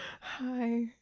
Hi